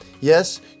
Yes